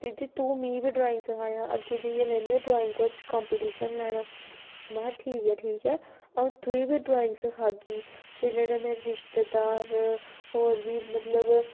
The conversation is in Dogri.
दीदी तूं मी बी ड्राइंग सखायां अग्गें जाइयै में बी ड्राइंग च कंपीटीशन लैना महां ठीक ऐ ठीक ऐ अ'ऊं तुगी बी ड्राइंग सखागी फिर जेह्ड़े मेरे रिश्तेदार होर बी मतलब